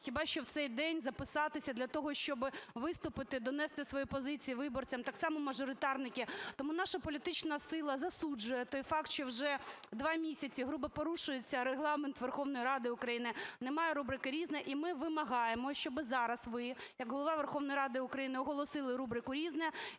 хіба що в цей день записатися для того, щоб виступити, донести свою позицію виборцям, так само мажоритарники. Тому наша політична сила засуджує той факт, що вже два місця грубо порушується Регламент Верховної Ради України: немає рубрики "Різне". І ми вимагаємо, щоб зараз ви як Голова Верховної Ради України оголосили рубрику "Різне",